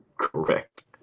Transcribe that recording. Correct